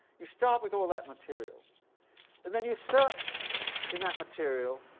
you start with all that material and then you search in that material